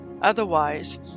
Otherwise